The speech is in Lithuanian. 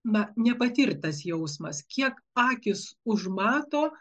na nepatirtas jausmas kiek akys užmato